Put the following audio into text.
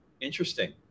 Interesting